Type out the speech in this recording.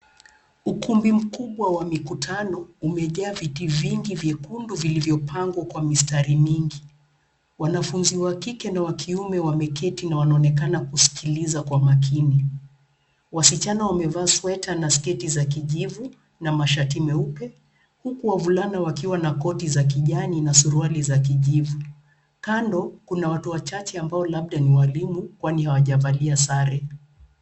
Ukumbi mkubwa wa mikutano umejaa viti vingi vyekundu vilivyopangwa kwa mistari mingi. Wanafunzi wa kike na kiume wameketi na wanaonekana kusikiliza kwa makini. Wasichana wamevaa sweta na sketi za kijivu na mashati meupe huku wavulana wakiwa na koti za kijani na suruali za kijivu. Kando kuna watu wachache ambao labda ni walimu kwani hawajavalia sare.